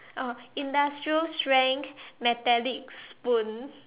oh industrial strength metallic spoon